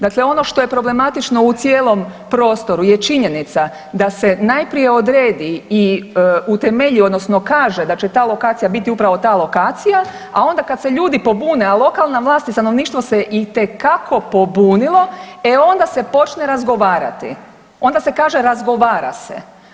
Dakle ono što je problematično u cijelom prostoru je činjenica da se najprije odredi i utemelji, odnosno kaže da će ta lokacija biti upravo ta lokacija, a onda kad se ljudi pobune, a lokalna vlast i stanovništvo se itekako pobunilo, e onda se počne razgovarati, onda se kaže razgovara se.